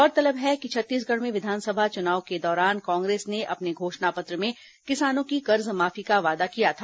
गौरतलब है कि छत्तीसगढ़ में विधानसभा चुनाव के दौरान कांग्रेस ने अपने घोषणा पत्र में किसानों की कर्जमाफी का वादा किया था